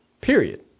period